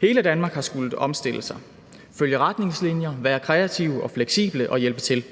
Hele Danmark har skullet omstille sig, følge retningslinjer, være kreative og fleksible og hjælpe til,